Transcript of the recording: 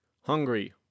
hungry